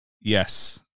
Yes